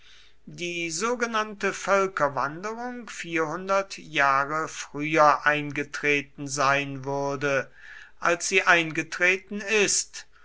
die sogenannte völkerwanderung vierhundert jahre früher eingetreten sein würde als sie eingetreten ist